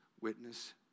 witness